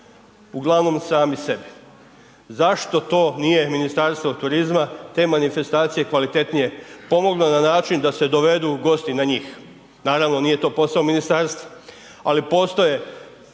Uglavnom sami sebi. Zašto to nije Ministarstvo turizma, te manifestacije kvalitetnije pomoglo na način da se dovedu gosti na njih, naravno nije to posao Ministarstva, ali postoje